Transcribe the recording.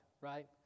right